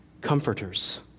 comforters